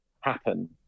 happen